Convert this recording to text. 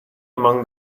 among